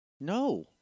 No